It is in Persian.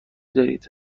دارید